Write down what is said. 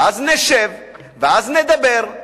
ואז נשב ואז נדבר.